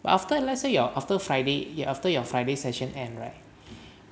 but after let's say your after friday you after your friday session end right